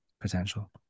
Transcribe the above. potential